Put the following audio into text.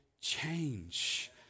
change